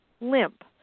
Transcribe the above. limp